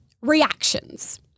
reactions